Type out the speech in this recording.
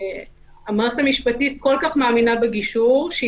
המערכת המשפטית כל כך מאמינה בגישור שהיא